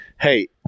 Hey